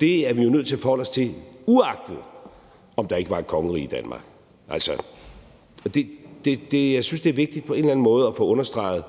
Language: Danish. Det er vi jo nødt til at forholde os til, uagtet om der ikke var et kongerige Danmark. Jeg synes, det er vigtigt på en eller anden måde at få understreget